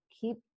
keep